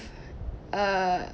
uh